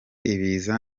ibiza